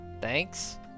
thanks